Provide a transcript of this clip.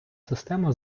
система